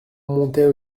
montaient